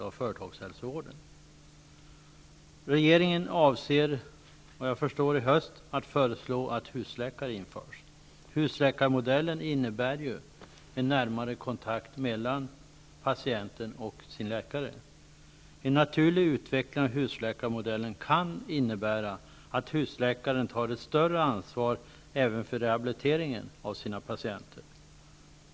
Såvitt jag förstår avser regeringen att i höst föreslå att husläkarsystemet införs. Husläkarmodellen innebär en närmare kontakt mellan patient och läkare. En naturlig utveckling av husläkarmodellen kan innebära att husläkaren tar ett större ansvar även för rehabiliteringen av sina patienter.